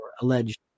alleged